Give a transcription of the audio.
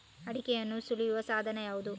ಅಡಿಕೆಯನ್ನು ಸುಲಿಯುವ ಸಾಧನ ಯಾವುದು?